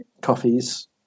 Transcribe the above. coffees